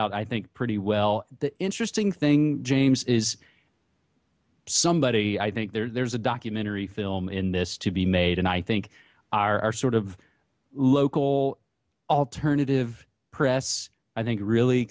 out i think pretty well the interesting thing james is somebody i think there's a documentary film in this to be made and i think our sort of local alternative press i think really